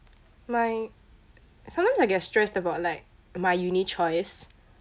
my sometimes I get stressed about like my uni choice